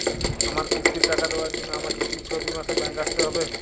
আমার কিস্তির টাকা দেওয়ার জন্য আমাকে কি প্রতি মাসে ব্যাংক আসতে হব?